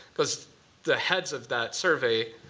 because the heads of that survey,